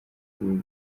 ubu